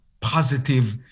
positive